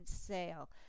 sale